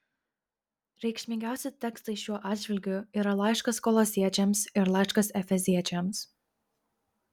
reikšmingiausi tekstai šiuo atžvilgiu yra laiškas kolosiečiams ir laiškas efeziečiams